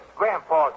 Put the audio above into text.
grandpa